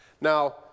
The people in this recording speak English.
Now